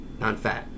nonfat